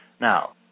now